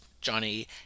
Johnny